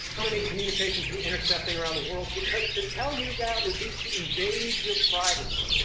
how many communications we're intercepting around the world, because to tell you that would be to invade your privacy.